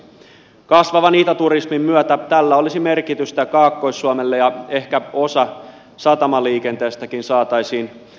kasvavan itäturismin myötä tällä olisi merkitystä kaakkois suomelle ja ehkä osa satamaliikenteestäkin saataisiin oikeille raiteille